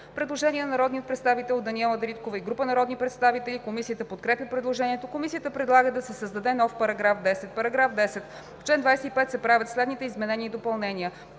Предложение на народния представител Даниела Дариткова и група народни представители. Комисията подкрепя предложението. Комисията предлага да се създаде нов § 10: „§ 10. В чл. 25 се правят следните изменения и допълнения: